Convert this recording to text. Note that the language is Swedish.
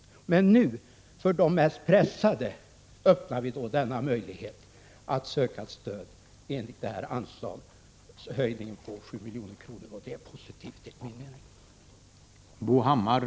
Men nu öppnar vi för de mest pressade tidskrifterna en möjlighet att söka medel från anslaget till stöd för kulturtidskrifter, vilket föreslås bli höjt till 7 miljoner, och det är enligt min mening positivt.